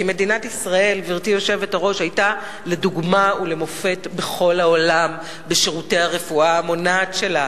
כי מדינת ישראל היתה דוגמה ומופת בכל העולם בשירותי הרפואה המונעת שלה,